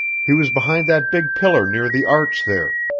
he was behind that big pillar near the arch there.